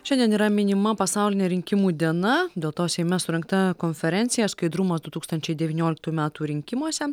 šiandien yra minima pasaulinė rinkimų diena dėl to seime surengta konferencija skaidrumas du tūkstančiai devynioliktųjų metų rinkimuose